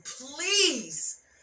please